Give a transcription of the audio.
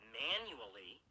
manually